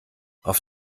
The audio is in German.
auf